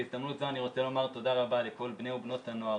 בהזדמנות זו אני רוצה לומר תודה רבה לכל בני ובנות הנוער